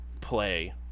play